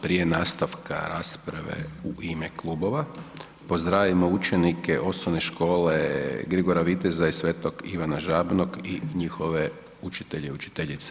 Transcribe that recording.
Prije nastavka rasprave u ime klubova pozdravimo učenike Osnovne škole Grigora Viteza iz Sv. Ivana Žabnog i njihove učitelje i učiteljice.